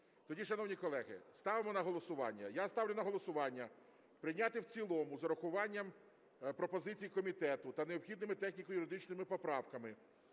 Тоді, шановні колеги, ставимо на голосування. Я ставлю на голосування прийняти в цілому з урахуванням пропозицій комітету та необхідними техніко-юридичними поправками